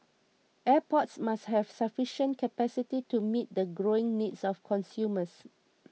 airports must have sufficient capacity to meet the growing needs of consumers